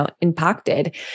impacted